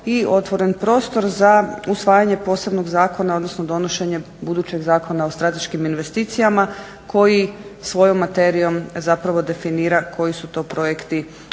i otvoren prostor za usvajanje posebno zakona odnosno donošenje budućeg Zakona o strateškim investicijama koji svojom materijom zapravo definira koji su to projekti